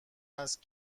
است